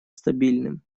стабильным